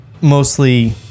mostly